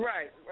Right